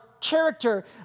character